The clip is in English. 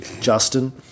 Justin